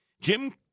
Jim